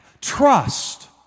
Trust